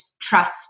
trust